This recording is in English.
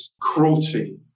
cruelty